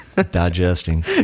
Digesting